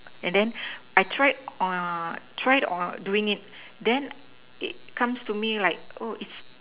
and then I tried tried doing it then it comes to me like oh it's